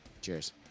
Cheers